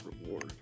reward